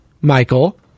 Michael